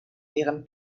wären